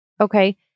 Okay